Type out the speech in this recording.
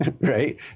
right